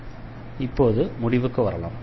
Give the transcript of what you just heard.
எனவே இப்போது முடிவுக்கு வரலாம்